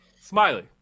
smiley